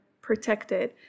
protected